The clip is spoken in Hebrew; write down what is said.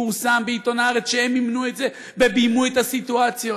פורסם בעיתון הארץ שהם מימנו את זה וביימו את הסיטואציות.